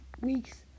week's